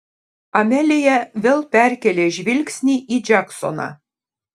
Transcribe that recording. amelija vėl perkėlė žvilgsnį į džeksoną